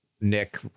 Nick